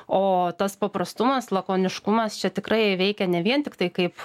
o tas paprastumas lakoniškumas čia tikrai veikia ne vien tiktai kaip